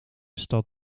stad